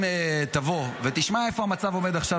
אם תבוא ותשמע איפה המצב עומד עכשיו